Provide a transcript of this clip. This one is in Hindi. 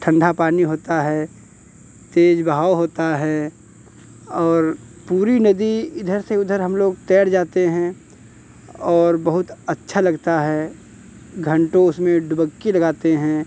ठंढा पानी होता है तेज़ बहाव होता है और पूरी नदी इधर से उधर हम लोग तैर जाते हैं और बहुत अच्छा लगता है घंटों उसमें डुबक्की लगाते हैं